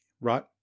Right